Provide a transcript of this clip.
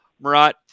Murat